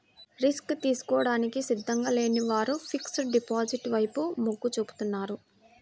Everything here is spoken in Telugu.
రిస్క్ తీసుకోవడానికి సిద్ధంగా లేని వారు ఫిక్స్డ్ డిపాజిట్ల వైపు మొగ్గు చూపుతున్నారు